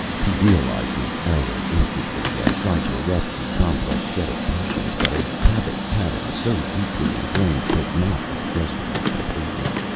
he realized his error instantly and tried to arrest the complex set of motions, but a habit-pattern so deeply ingrained could not be frustrated completely.